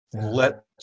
Let